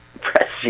Press